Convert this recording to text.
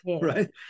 right